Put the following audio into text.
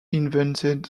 invented